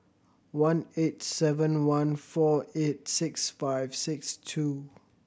one eight seven one four eight six five six two